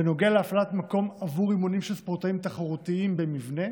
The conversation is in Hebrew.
בנוגע להפעלת מקום לאימונים של ספורטאים תחרותיים במבנה